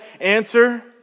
Answer